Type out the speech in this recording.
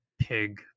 pig